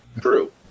True